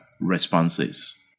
responses